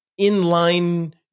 inline